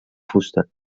fusta